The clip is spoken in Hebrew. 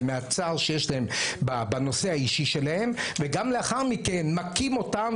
ומהצער שיש להם בנושא האישי שלהם וגם לאחר מכן מכים אותם,